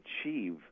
achieve